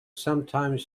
sometimes